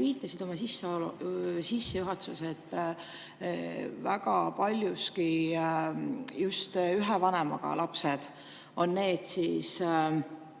viitasid oma sissejuhatuses, et väga paljuski just ühe vanemaga lapsed elavad suuremas